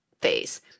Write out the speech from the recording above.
phase